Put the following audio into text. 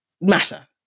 matter